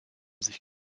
sich